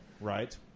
right